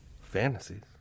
Fantasies